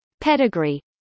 Pedigree